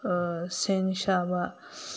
ꯁꯦꯝ ꯁꯥꯕ